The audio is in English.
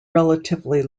relatively